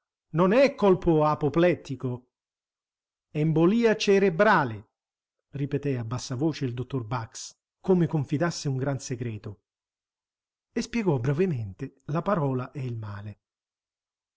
non è colpo apoplettico embolia cerebrale ripeté a bassa voce il dottor bax come confidasse un gran segreto e spiegò brevemente la parola e il male